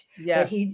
Yes